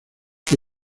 que